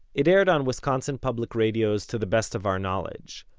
it aired on wisconsin public radio's to the best of our knowledge,